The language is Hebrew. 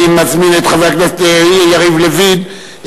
אני מזמין את חבר הכנסת יריב לוין,